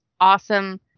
awesome